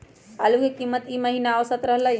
आलू के कीमत ई महिना औसत की रहलई ह?